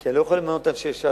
כי אני לא יכול למנות אנשי ש"ס,